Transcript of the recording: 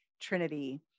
Trinity